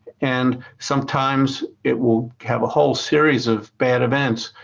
and sometimes it will have a whole series of bad events.